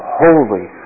holy